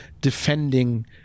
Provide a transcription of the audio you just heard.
defending